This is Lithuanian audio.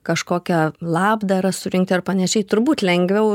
kažkokią labdarą surinkti ar panašiai turbūt lengviau